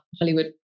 Hollywood